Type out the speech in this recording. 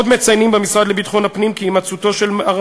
עוד מציינים במשרד לביטחון הפנים כי הימצאותו של מר